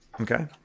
Okay